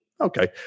Okay